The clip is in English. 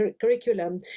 curriculum